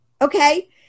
Okay